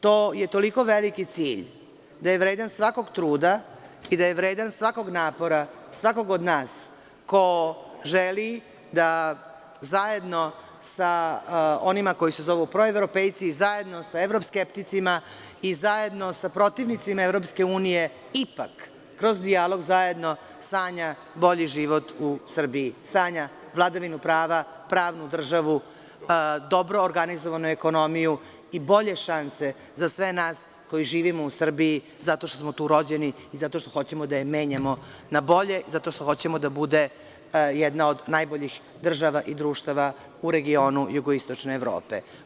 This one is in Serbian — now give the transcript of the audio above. To je toliko veliki cilj da je vredan svakog truda i da je vredan svakog napora svakog od nas ko želi da zajedno sa onima koji se zovu proevropejci, zajedno sa evroskepticima i zajedno sa protivnicima EU, ipak kroz dijalog zajedno sanja bolji život u Srbiji, sanja vladavinu prava, pravnu državu, dobro organizovanu ekonomiju i bolje šanse za sve nas koji živimo u Srbiji, zato što smo tu rođeni i zato što hoćemo da je menjamo na bolje, zato što hoćemo da bude jedna od najboljih država i društava u regionu jugoistočne Evrope.